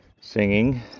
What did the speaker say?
singing